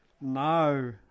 No